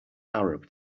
arab